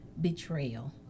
betrayal